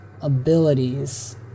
abilities